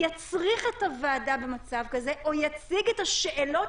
יצריך את הוועדה במצב כזה או יציג את השאלות